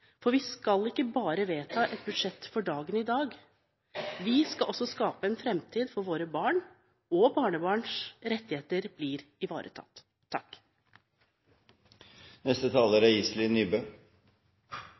for vi skal ikke bare vedta et budsjett for dagen i dag, vi skal også skape en framtid hvor våre barn og barnebarns rettigheter blir ivaretatt.